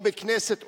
או בית-כנסת,